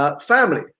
family